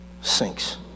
sinks